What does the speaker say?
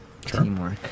Teamwork